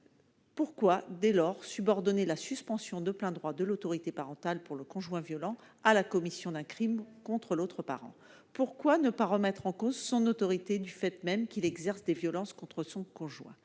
pourquoi subordonner la suspension de plein droit de l'autorité parentale pour le conjoint violent à la commission d'un crime contre l'autre parent ? Pourquoi ne pas remettre en cause son autorité, du fait même qu'il exerce des violences contre son conjoint ?